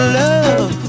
love